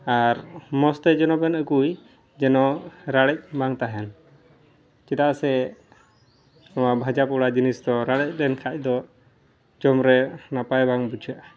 ᱟᱨ ᱢᱚᱡᱽᱛᱮ ᱡᱮᱱᱚᱵᱮᱱ ᱟᱹᱜᱩᱭ ᱡᱮᱱᱚ ᱨᱟᱲᱮᱡᱵᱟᱝ ᱛᱟᱦᱮᱱ ᱪᱮᱫᱟᱜᱥᱮ ᱚᱱᱟ ᱵᱷᱟᱡᱟᱼᱯᱳᱲᱟ ᱡᱤᱱᱤᱥᱫᱚ ᱨᱟᱲᱮᱡᱞᱮᱱ ᱠᱷᱟᱡᱫᱚ ᱡᱚᱢᱨᱮ ᱱᱟᱯᱟᱭ ᱵᱟᱝ ᱵᱩᱡᱷᱟᱹᱜᱼᱟ